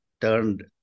turned